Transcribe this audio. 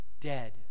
dead